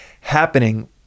happening